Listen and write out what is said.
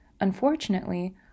Unfortunately